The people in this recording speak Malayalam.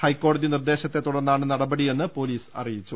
ഹൈക്കോ ടതി നിർദേശത്തെ തുടർന്നാണ് നടപടിയെന്ന് പൊലീസ് അറിയിച്ചു